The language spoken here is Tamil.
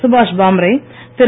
சுபாஷ் பாம்ரே திரு